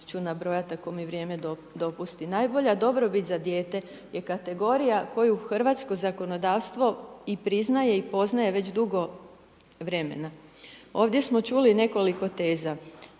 ću nabrojati ako mi vrijeme dopusti. Najbolja dobrobit za dijete je kategorija koju hrvatsko zakonodavstvo i priznaje i poznaje već dugo vremena. Ovdje smo čuli nekoliko teza.